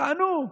תענו.